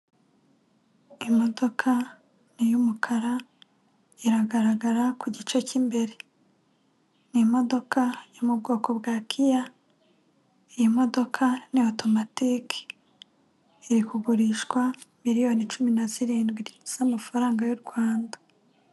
Imodoka ni iy'umukara, iragaragara ku gice cyimbere, ni imodokadoka yo mu bwoko bwa kiya iyi modoka ni otomatike. Iri kugurishwa miliyoni cumi na zirindwi z'amafaranga y'u Rwanda.